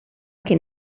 kien